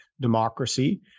democracy